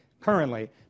currently